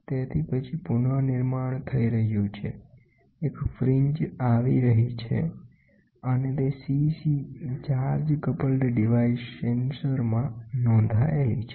તેથી પછી પુનર્નિર્માણ થઈ રહ્યું છે એક ફ્રિંજ આવી રહી છે અને તે CC ચાર્જ કપલ સાધન મા નોંધાયેલી છે